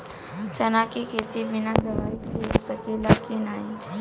चना के खेती बिना दवाई के हो सकेला की नाही?